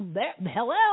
Hello